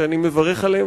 שאני מברך עליהם,